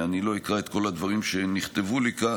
אני לא אקרא את כל הדברים שנכתבו לי כאן.